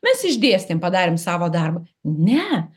mes išdėstėm padarėm savo darbą ne